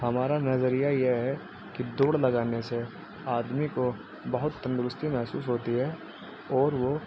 ہمارا نظریہ یہ ہے کہ دوڑ لگانے سے آدمی کو بہت تندرستی محسوس ہوتی ہے اور وہ